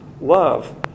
love